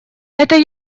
это